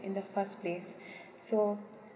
in the first place so